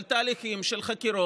אבל יש תהליכים של חקירות